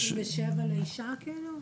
57 לאישה כאילו?